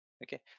Okay